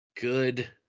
good